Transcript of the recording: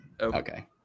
Okay